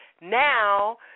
Now